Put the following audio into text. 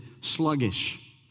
sluggish